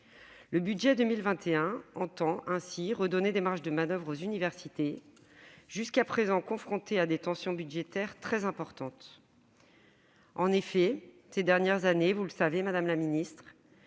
Le budget 2021 entend ainsi redonner des marges de manoeuvre aux universités, jusqu'à présent confrontées à des tensions budgétaires très importantes. En effet, ces dernières années, vous le savez, madame la ministre,